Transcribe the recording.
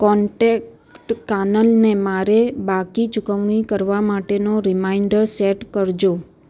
contact કાનલને મારે બાકી ચૂકવણી કરવા માટેનો રીમાઈન્ડર સેટ કરજો